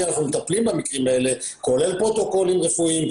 אנחנו מטפלים במקרים האלה כולל פרוטוקולים רפואיים,